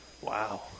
Wow